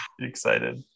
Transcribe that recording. Excited